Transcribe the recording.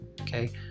okay